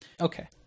Okay